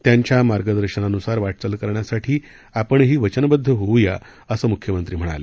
त्यांच्या या मार्गदर्शनानुसार वाटचाल करण्यासाठी आपणही वचनबद्ध होऊया असंही मुख्यमंत्री म्हणाले